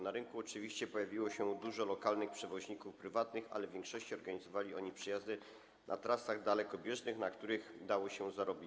Na rynku oczywiście pojawiło się dużo lokalnych przewoźników prywatnych, ale w większości organizowali oni przejazdy na trasach dalekobieżnych, na których dało się zarobić.